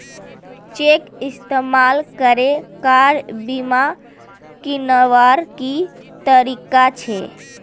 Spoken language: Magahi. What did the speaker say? चेक इस्तेमाल करे कार बीमा कीन्वार की तरीका छे?